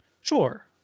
Sure